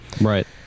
right